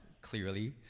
clearly